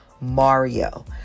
Mario